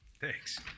Thanks